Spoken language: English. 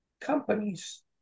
companies